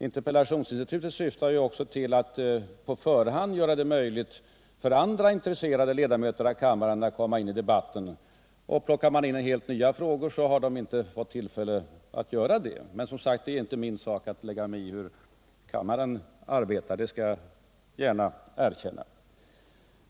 Interpellationsinstitutet syftar ju också till att på förhand göra det möjligt för andra intresserade ledamöter att komma in i debatten, och när det gäller helt nya frågor får de inte tillfälle till detta. Men jag skall. som sagt, gärna erkänna att det inte är min sak att ha synpunkter på uppläggningen av kammarens arbete.